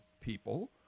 people